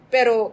Pero